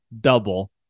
double